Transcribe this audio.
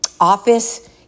office